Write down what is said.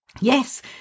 Yes